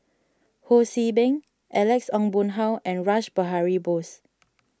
Ho See Beng Alex Ong Boon Hau and Rash Behari Bose